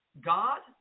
God